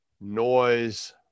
noise